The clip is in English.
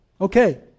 Okay